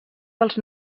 dels